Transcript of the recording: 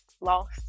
Lost